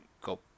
go